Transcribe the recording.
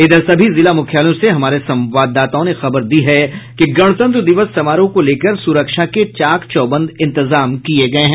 इधर सभी जिला मुख्यालयों से हमारे संवाददाताओं ने खबर दी है कि गणतंत्र दिवस समारोह को लेकर सुरक्षा के चाक चौबंद इंतजाम किये गये हैं